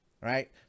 Right